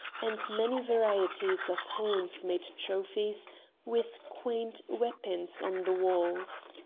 and many varieties of horns made trophies with quaint weapons on the walls.